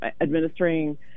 administering